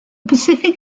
pacific